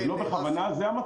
זה לא בכוונה, זה המצב.